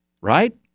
right